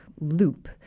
loop